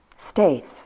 States